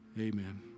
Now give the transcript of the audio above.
amen